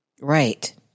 Right